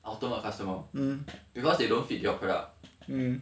ultimate customer because they don't fit your product